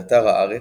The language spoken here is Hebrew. באתר הארץ,